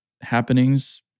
happenings